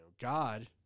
God